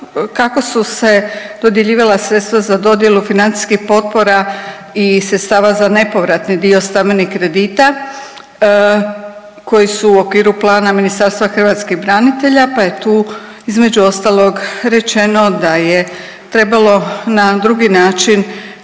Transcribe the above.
kako su se dodjeljivala sredstva za dodjelu financijskih potpora i sredstava za nepovratni dio stambenih kredita koji su u okviru Plana Ministarstva hrvatskih branitelja, pa je tu između ostalog rečeno da je trebalo na drugi način